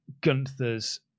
gunther's